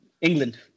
England